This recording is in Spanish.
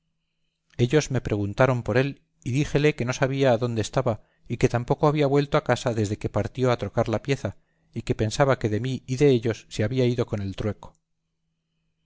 ellos me préguntaron por él y díjele que no sabía adónde estaba y que tampoco había vuelto a casa desde que salió a trocar la pieza y que pensaba que de mí y de ellos se había ido con el trueco